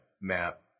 map